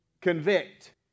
convict